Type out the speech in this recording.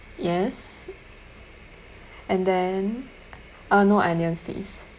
yes and then uh no onions please